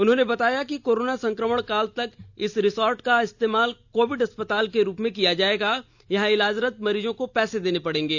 उन्होंने बताया कि कोरोना संक्रमण काल तक इस रिसोर्ट का इस्तेमाल कोविड अस्पताल के रूप में किया जाएगा यहां इलाजरत मरीजों को पैसे देने पड़ेंगे